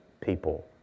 people